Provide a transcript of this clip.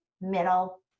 middle